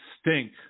stink